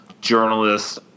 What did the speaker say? journalist